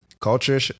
culture